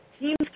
teams